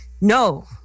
no